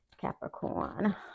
Capricorn